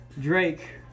Drake